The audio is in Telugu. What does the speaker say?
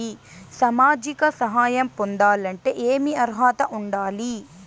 సామాజిక సహాయం పొందాలంటే ఏమి అర్హత ఉండాలి?